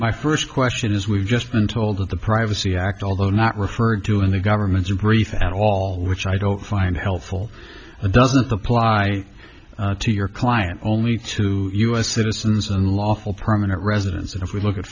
my first question is we've just been told that the privacy act although not referred to in the government's brief at all which i don't find helpful and doesn't apply to your client only to u s citizens and lawful permanent residents and if we look at